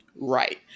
right